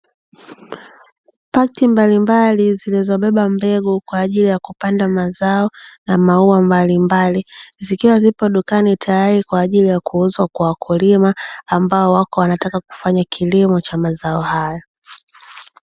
Pakiti mbalimbali zilizobeba mbegu kwa ajili ya kupanda mazao na maua mbalimbali zikiwa zipo dukani tayari kwa ajili ya kuuzwa kwa wakulima, ambao wako wanataka kufanya kilimo cha mazao hayo.